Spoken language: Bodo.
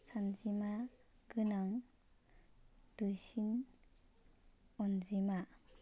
सानजिमा गोनां दुइसिन अन्जिमा